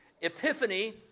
epiphany